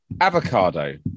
avocado